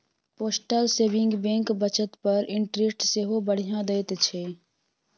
postal saving bank बचत पर interest सेहो बढ़ियाँ दैत छै